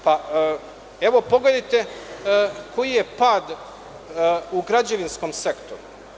Pogledajte koji je pad u građevinskom sektoru.